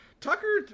Tucker